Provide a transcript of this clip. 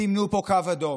סימן פה קו אדום.